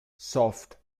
soft